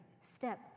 step